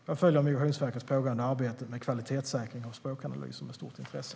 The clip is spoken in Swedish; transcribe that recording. Jag följer Migrationsverkets pågående arbete med kvalitetssäkring av språkanalyser med stort intresse.